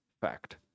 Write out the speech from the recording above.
fact